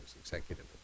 executive